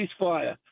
ceasefire